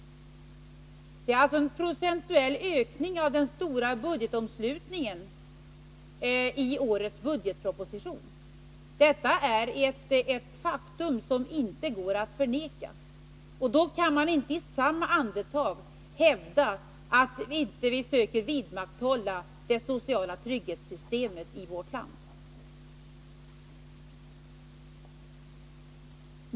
Den har nämligen ökat procentuellt i den stora budgetomslutningen i årets budgetproposition. Detta är ett faktum som inte går att bestrida. Då kan man inte heller i samma andetag hävda att vi inte söker vidmakthålla det sociala trygghetssystemet i vårt land.